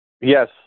Yes